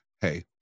hey